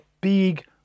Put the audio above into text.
big